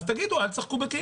אז תגידו, אל תשחקו בכאילו.